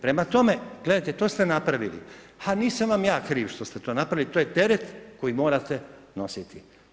Prema tome, gledajte, to ste napravili, ha nisam vam ja kriv što ste napravili, to je teret koji morate nositi.